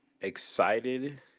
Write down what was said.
excited